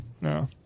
no